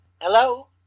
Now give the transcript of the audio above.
Hello